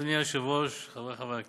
אדוני היושב-ראש, חברי חברי הכנסת,